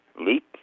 leap